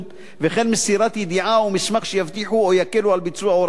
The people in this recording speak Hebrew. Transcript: וכן מסירת ידיעה או מסמך שיבטיחו או יקלו את ביצוע הוראות החוק,